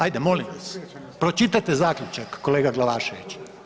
Ajde, molim vas, pročitajte Zaključak, kolega Glavašević.